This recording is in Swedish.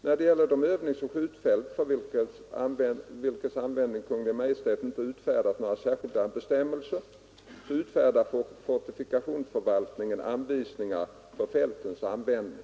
När det gäller de övningsoch skjutfält, för vilkas användning Kungl. Maj:t inte utfärdat några särskilda bestämmelser, utfärdar fortifikationsförvaltningen anvisningar för fältens användning.